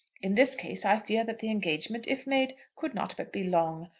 in this case i fear that the engagement, if made, could not but be long.